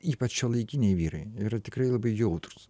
ypač šiuolaikiniai vyrai yra tikrai labai jautrūs